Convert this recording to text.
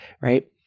Right